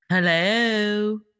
Hello